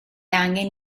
angen